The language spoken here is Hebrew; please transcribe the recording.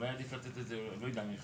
אולי עדיף לתת את זה, לא יודע, אני חושב,